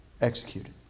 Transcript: executed